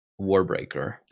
Warbreaker